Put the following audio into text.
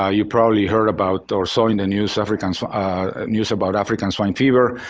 ah you probably heard about or saw in the news african so ah news about african swine fever.